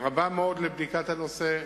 רבה לבדיקת הנושא,